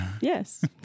Yes